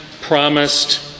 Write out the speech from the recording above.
promised